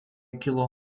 kilo